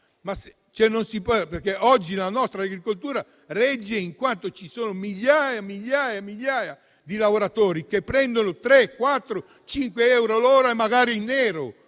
Oggi la nostra agricoltura regge in quanto migliaia di lavoratori prendono 3, 4, 5 euro l'ora e magari in nero.